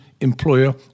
employer